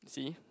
see